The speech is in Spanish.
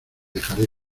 dejaré